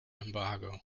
embargo